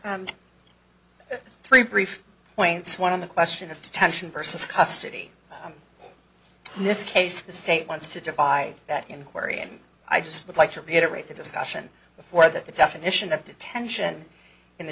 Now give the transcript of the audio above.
we're three brief points one of the question of tension versus custody this case the state wants to divide that inquiry and i just would like to reiterate the discussion before that the definition of detention in the